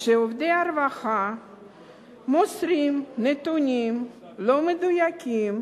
שעובדי הרווחה מוסרים נתונים לא מדויקים,